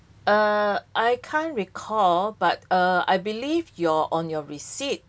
uh I can't recall but uh I believe your on your receipt